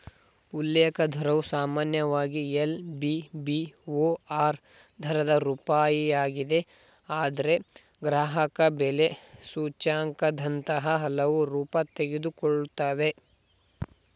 ಉಲ್ಲೇಖ ದರವು ಸಾಮಾನ್ಯವಾಗಿ ಎಲ್.ಐ.ಬಿ.ಓ.ಆರ್ ದರದ ರೂಪವಾಗಿದೆ ಆದ್ರೆ ಗ್ರಾಹಕಬೆಲೆ ಸೂಚ್ಯಂಕದಂತಹ ಹಲವು ರೂಪ ತೆಗೆದುಕೊಳ್ಳುತ್ತೆ